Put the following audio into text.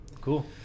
Cool